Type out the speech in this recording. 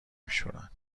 میشورن